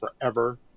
forever